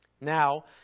Now